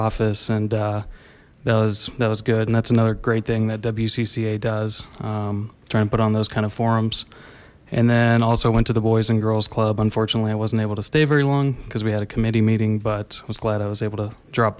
office and that was that was good and that's another great thing that w cca does trying to put on those kind of forums and then also went to the boys and girls club unfortunately i wasn't able to stay very long because we had a committee meeting but i was glad i was able to drop